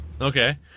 Okay